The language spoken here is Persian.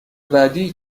بعدی